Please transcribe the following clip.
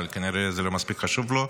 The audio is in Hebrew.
כנראה זה לא מספיק חשוב לו.